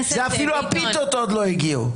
אפילו הפיתות עוד לא הגיעו.